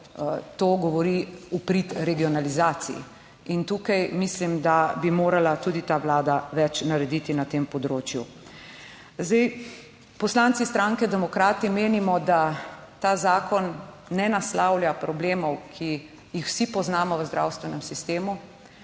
To govori v prid regionalizaciji in tukaj mislim, da bi morala tudi ta vlada več narediti na tem področju. Zdaj, poslanci stranke demokrati menimo, da ta zakon ne naslavlja problemov, ki jih vsi poznamo v zdravstvenem sistemu,